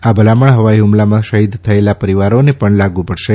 આ ભલામણ હવાઇ હમલામાં શફીદ થયેલા પરિવારોને પણ લાગુ પડશે